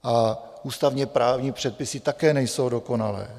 A ústavněprávní předpisy také nejsou dokonalé.